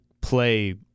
play